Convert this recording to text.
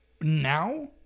now